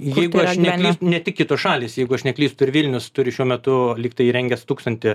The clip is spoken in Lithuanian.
jeigu ne ne tik kitos šalys jeigu aš neklystu ir vilnius turi šiuo metu lygtai įrengęs tūkstantį